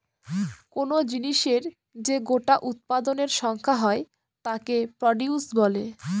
কোন জিনিসের যে গোটা উৎপাদনের সংখ্যা হয় তাকে প্রডিউস বলে